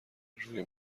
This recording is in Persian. روی